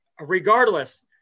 regardless